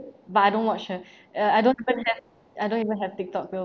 but I don't watch her uh I don't even have I don't even have tiktok